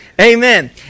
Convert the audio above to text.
Amen